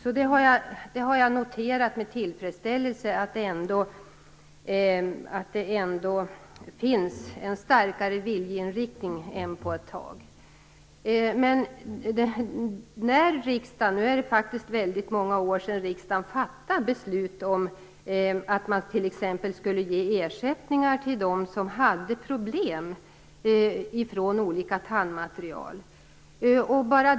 Jag har noterat med tillfredsställelse att det ändå finns en starkare viljeinriktning än det funnits på ett tag. Men det är faktiskt väldigt många år sedan riksdagen fattade beslut om att man t.ex. skulle ge ersättningar till dem som fick problem av olika tandmaterial.